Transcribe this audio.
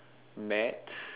maths